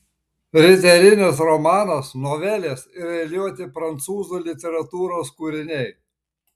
riterinis romanas novelės ir eiliuoti prancūzų literatūros kūriniai